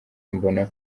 mbona